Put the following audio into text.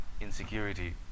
insecurity